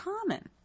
common